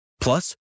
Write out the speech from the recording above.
Plus